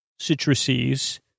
citruses